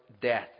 death